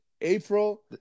April